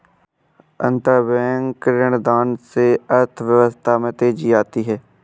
अंतरबैंक ऋणदान से अर्थव्यवस्था में तेजी आती है